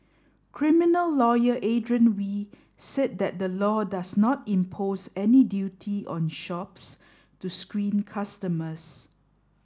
criminal lawyer Adrian Wee said that the law does not impose any duty on shops to screen customers